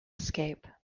escape